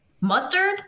Mustard